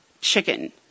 chicken